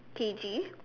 P G